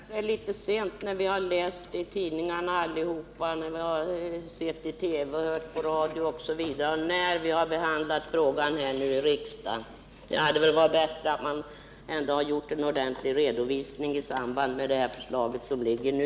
Herr talman! Det kanske är litet sent att behandla frågan i riksdagen när vi läst tidningarna allihop, och sett på TV och hört i radio. Det hade varit bättre att man gjort en ordentlig redovisning i samband med det förslag som ligger nu.